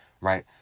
right